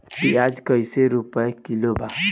प्याज कइसे रुपया किलो बा?